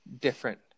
different